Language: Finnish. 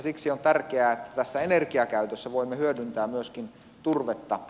siksi on tärkeää että tässä energiakäytössä voimme hyödyntää myöskin turvetta